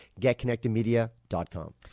getconnectedmedia.com